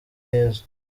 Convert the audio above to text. yesu